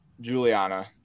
Juliana